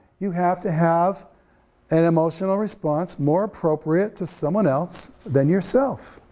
you have to have an emotional response more appropriate to someone else than yourself.